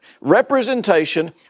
representation